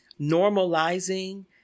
normalizing